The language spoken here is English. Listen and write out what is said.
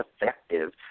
effective